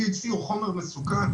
THC הוא חומר מסוכן.